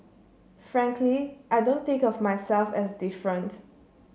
frankly I don't think of myself as different